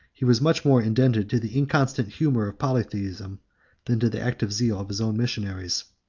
he was much more indebted to the inconstant humor of polytheism than to the active zeal of his own missionaries.